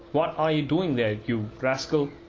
what are you doing there, you rascal?